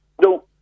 No